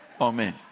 Amen